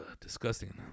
Disgusting